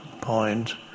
point